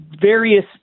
various